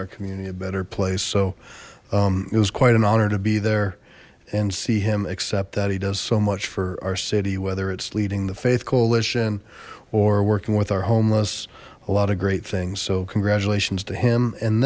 our community a better place so it was quite an honor to be there and see him except that he does so much for our city whether it's leading the faith coalition or working with our homeless a lot of great things so congratulations to him and